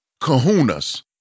kahunas